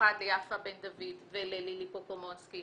במיוחד ליפה בן דוד וללילי פוקומונסקי